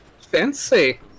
Fancy